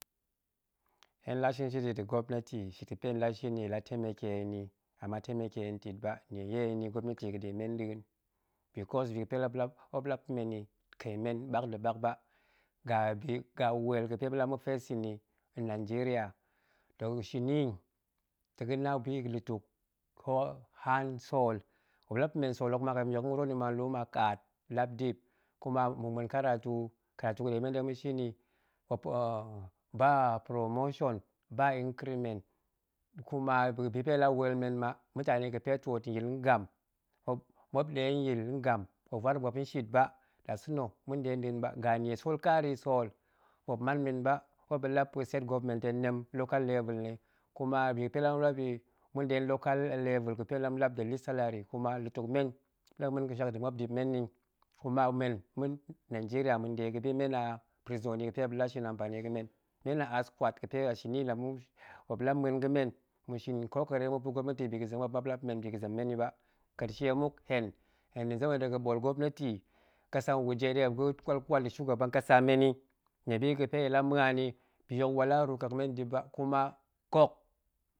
Hen nɗe la suinshit yi nda̱ gwapneti, suit ga̱pe hen nɗe la shin y nɗe nong temeke hen yi ama temeke hen ntit ba yeneyi gwopneti ga̱ɗe men nɗa̱a̱n, because bi ga̱pe muop nɗe la pa̱ men yi kei men ɓak nda̱ ɓak ba, ga̱ weel ga̱pe ma̱n de la ma̱ facing yi nanjeriya toh shini ta̱ ga̱na bi ga̱ lutuk, ko haan sool, muop la pa̱ men sool hok kapin ma̱ yok ma̱ ruwo nni ma nlu ma kaat lap dip, kuma ma̱ muen karatu, karatu ga̱ɗe men ta̱ ma̱shin, ba promotion ɓa increment, kuma bi ga̱pe nɗe la weel men ma, mutani ga̱pe ntwoot nyil ngam, muop muop muop nɗe nyil ngam muop waan muop nshit ba nɗasa̱na̱, ma̱n ɗe nɗa̱a̱n ba, ga̱ nie sorl kari sool, muop man men ba muop nɗe la pa̱ state government tong nem local level nni, kuma bi ga̱pe nɗe la ma̱lap yi, ma̱nɗe local level ga̱pe la malap the lest salary, kuma lufuk men ma̱ɗe la ma̱ muen ga̱shak ndip men nni, kume men ma̱n nanjeriya ma̱nɗe ga̱bi men a prisoni ga̱pe muop nɗe la ship mpani ga̱ men, men a aab kwat ga̱pe shini la ma̱ muop la muen ga̱ men ma̱ shin kokari ma̱pa̱ gwap neto bi ga̱zem muop, muop nde la pa̱ men bi ga̱zem yi ba, kaci mik hen, hen zem a dega̱ ɓool gwop neti kasan wuje ɗe muop ga̱ kwal kwal yi nda̱ shugaban kasa. men yi, nie biga̱pe nɗe la muen yi, bi hok wala ru nkek men dip ba kuma gok